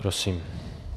Prosím.